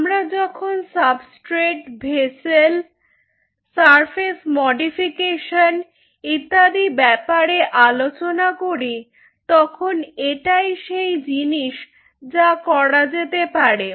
আমরা যখন substrate vessel surface modification ইত্যাদি ব্যাপারে আলোচনা করি তখন এটাই সেই জিনিস যা করা যেতে পারে